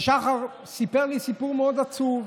ושחר סיפר לי סיפור מאוד עצוב.